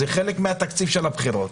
זה חלק מהתקציב של הבחירות